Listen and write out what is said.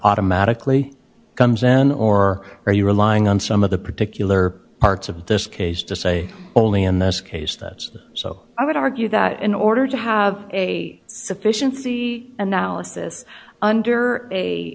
automatically comes then or are you relying on some of the particular parts of this case to say only in this case that's so i would argue that in order to have a sufficiency analysis under a